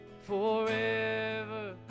forever